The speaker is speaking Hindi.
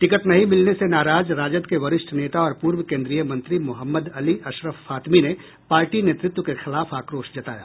टिकट नहीं मिलने से नाराज राजद के वरिष्ठ नेता और पूर्व केन्द्रीय मंत्री मोहम्मद अली अशरफ फातमी ने पार्टी नेतृत्व के खिलाफ आक्रोश जताया